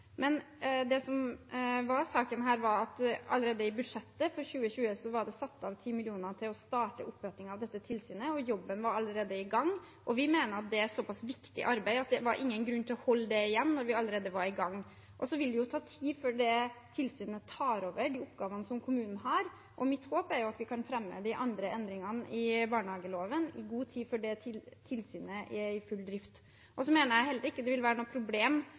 Men saken var at det allerede i budsjettet for 2020 var satt av 10 mill. kr til å starte opprettingen av dette tilsynet, og jobben var allerede i gang. Vi mener det er et såpass viktig arbeid at det ikke var noen grunn til å holde det igjen når vi allerede var i gang. Det vil ta tid før tilsynet tar over oppgavene kommunene har, og mitt håp er at vi kan fremme de andre endringene i barnehageloven i god tid før tilsynet er i full drift. Jeg mener heller ikke det vil være noe problem,